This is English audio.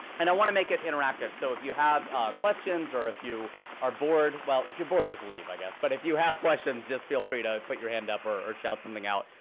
and i want to make it interactive. so if you have questions or if you are bored well, if you're bored, just leave, i guess. but if you have questions, just feel free to put your hand up or or shout something out.